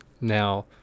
now